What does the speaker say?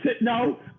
No